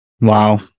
Wow